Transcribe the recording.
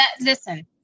Listen